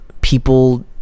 people